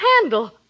handle